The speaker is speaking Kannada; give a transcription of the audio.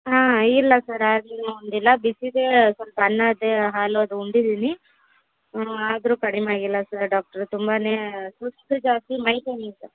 ಹಾಂ ಇಲ್ಲ ಸರ್ ಹಾಗೇನು ಅಂದಿಲ್ಲ ಬಿಸಿದೆ ಸ್ವಲ್ಪ ಅನ್ನದೆ ಹಾಲದು ಉಂಡಿದಿನಿ ಆದರು ಕಡಿಮೆ ಆಗಿಲ್ಲ ಸರ್ ಡಾಕ್ಟ್ರೆ ತುಂಬಾ ಸುಸ್ತು ಜಾಸ್ತಿ ಮೈಕೈ ನೋವು ಸರ್